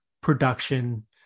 production